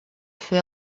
fer